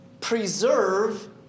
preserve